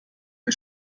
wir